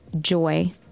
joy